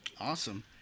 Awesome